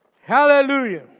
Hallelujah